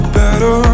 better